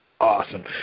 awesome